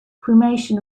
cremation